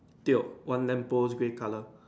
tio one lamp post grey color